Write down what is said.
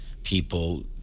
people